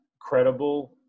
credible